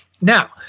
now